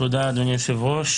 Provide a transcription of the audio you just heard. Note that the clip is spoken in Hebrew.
תודה אדוני היושב-ראש,